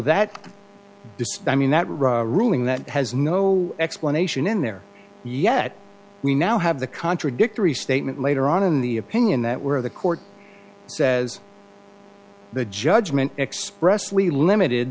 that mean that raw ruling that has no explanation in there yet we now have the contradictory statement later on in the opinion that where the court says the judgment expressly limited